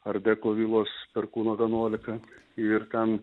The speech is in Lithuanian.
ardeko vilos perkūno vienuolika ir ten